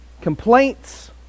Complaints